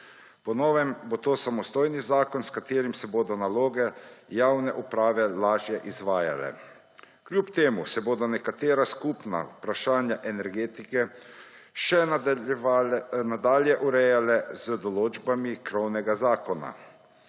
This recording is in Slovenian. Po novem bo to samostojni zakon, s katerim se bodo naloge javne uprave lažje izvajale. Kljub temu se bodo nekatera skupna vprašanja energetike še nadalje urejale z določbami krovnega zakona.